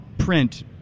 Print